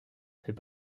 fait